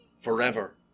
forever